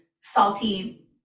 salty